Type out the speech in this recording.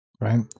right